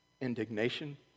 Indignation